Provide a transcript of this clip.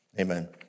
Amen